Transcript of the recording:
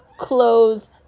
clothes